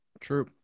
True